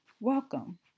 welcome